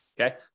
okay